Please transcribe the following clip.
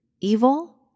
evil